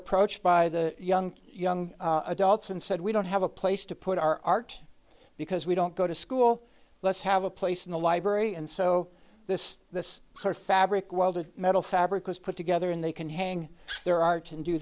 approached by the young young adults and said we don't have a place to put our art because we don't go to school let's have a place in the library and so this this sort of fabric welded metal fabric was put together and they can hang there ar